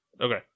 Okay